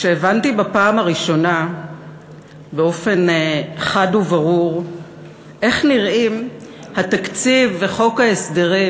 כשהבנתי בפעם הראשונה באופן חד וברור איך נראים התקציב וחוק ההסדרים